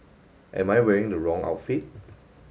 am I wearing the wrong outfit